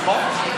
נכון.